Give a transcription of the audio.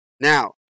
Now